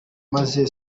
maze